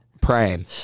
Praying